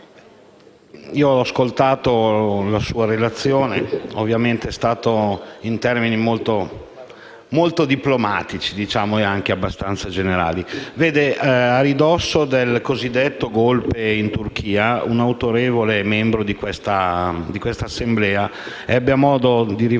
ho ascoltato la sua relazione che, ovviamente, si è svolta in termini molto diplomatici e anche abbastanza generali. A ridosso del cosiddetto *golpe* in Turchia, un autorevole membro di questa Assemblea ebbe modo di rivolgersi